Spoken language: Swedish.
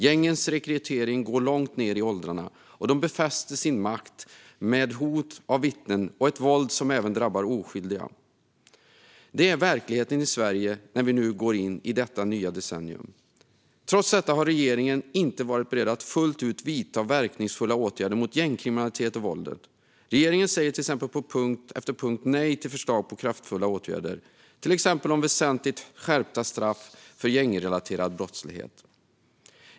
Gängen rekryterar långt ned i åldrarna och befäster sin makt genom att hota vittnen och använda våld, något som även drabbar oskyldiga. Det är verkligheten i Sverige när vi går in i detta nya decennium. Trots detta har regeringen inte varit beredd att fullt ut vidta verkningsfulla åtgärder mot gängkriminaliteten och våldet. Regeringen säger på punkt efter punkt nej till förslag på kraftfulla åtgärder, till exempel väsentligt skärpta straff för gängrelaterad brottslighet.